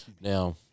Now